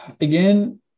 Again